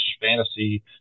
fantasy